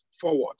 forward